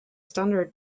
standard